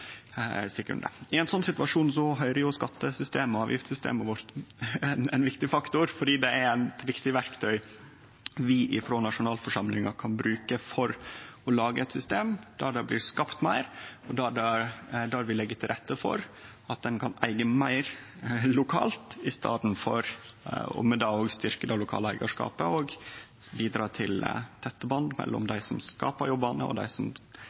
I ein slik situasjon er skatte- og avgiftssystemet vårt ein viktig faktor, fordi det er eit viktig verktøy vi frå nasjonalforsamlinga kan bruke for å lage eit system der det blir skapt meir, der vi legg til rette for at ein kan eige meir lokalt i staden og med det òg styrkje det lokale eigarskapet og bidra til tette band mellom dei som skapar jobbane og dei som